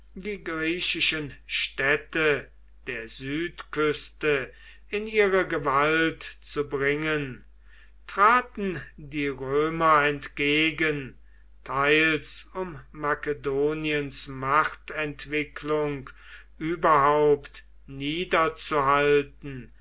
die griechischen städte der südküste in ihre gewalt zu bringen traten die römer entgegen teils um makedoniens machtentwicklung überhaupt